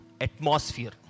atmosphere